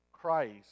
Christ